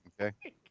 Okay